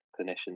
clinicians